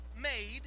made